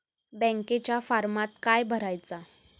बँकेच्या फारमात काय भरायचा?